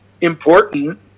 important